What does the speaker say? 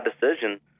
decision